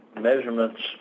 measurements